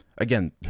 Again